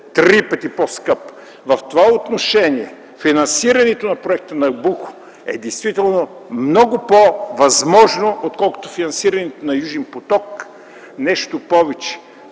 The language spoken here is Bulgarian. Три пъти по-скъп! В това отношение финансирането на проекта „Набуко” е много по-възможно, отколкото финансирането на „Южен поток”. Нещо повече,